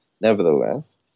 nevertheless